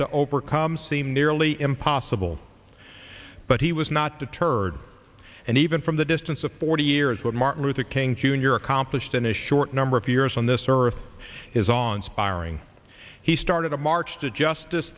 to overcome seem nearly impossible but he was not deterred and even from the distance of forty years what martin luther king jr accomplished in a short number of years on this earth is on spiraling he started a march to justice